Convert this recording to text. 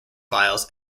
files